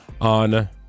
on